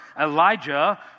Elijah